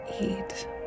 eat